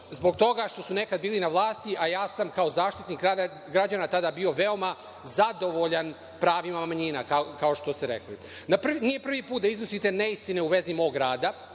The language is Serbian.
zbog toga što su nekada bili na vlasti, a ja sam kao Zaštitnik građana tada bio veoma zadovoljan pravima manjina, kao što ste rekli. Nije prvi put da iznosite neistine u vezi mog rada,